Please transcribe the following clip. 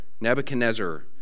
Nebuchadnezzar